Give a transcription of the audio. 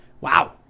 Wow